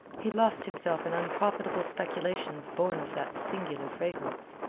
he lost himself in unprofitable speculations born of that singular fragrance.